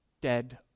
dead